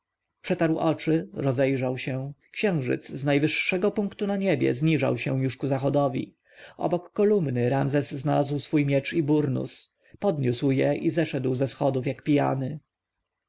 przetarł oczy rozejrzał się księżyc z najwyższego punktu na niebie zniżał się już ku zachodowi obok kolumny ramzes znalazł swój miecz i burnus podniósł je i zeszedł ze schodów jak pijany